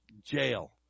jail